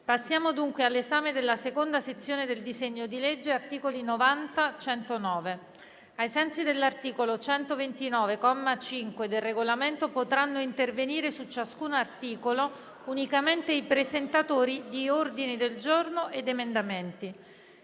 Passiamo dunque all'esame della seconda sezione del disegno di legge (articoli da 90 a 109). Ai sensi dell'articolo 129, comma 5, del Regolamento, potranno intervenire su ciascun articolo unicamente i presentatori di ordini del giorno e di emendamenti,